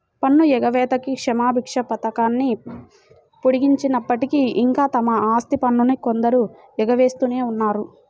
పన్ను ఎగవేతకి క్షమాభిక్ష పథకాన్ని పొడిగించినప్పటికీ, ఇంకా తమ ఆస్తి పన్నును కొందరు ఎగవేస్తూనే ఉన్నారు